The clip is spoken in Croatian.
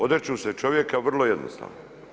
Odriču se čovjeka vrlo jednostavno.